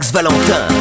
Valentin